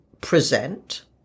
present